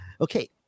okay